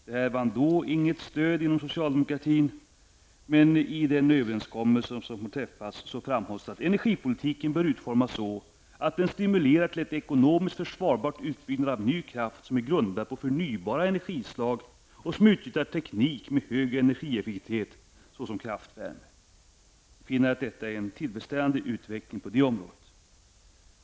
Detta vann då inget stöd inom socialdemokratin, men i den överenskommelse som träffats framhålls att energipolitiken bör utformas så att den stimulerar till en ekonomiskt försvarbar utbyggnad av ny kraft, som är grundad på förnybara energislag och som utnyttjar teknik med hög energieffektivitet, såsom kraftvärme. Jag anser att detta är en tillfredsställande utveckling på det området.